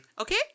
Okay